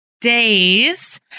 days